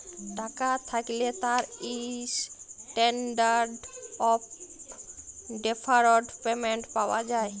টাকা থ্যাকলে তার ইসট্যানডারড অফ ডেফারড পেমেন্ট পাওয়া যায়